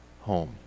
home